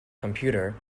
computer